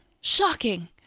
Shocking